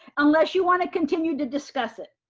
unless you want to continue to discuss it.